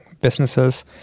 businesses